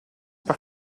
par